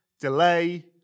delay